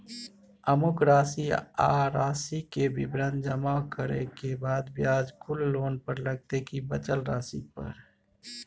अमुक राशि आ राशि के विवरण जमा करै के बाद ब्याज कुल लोन पर लगतै की बचल राशि पर?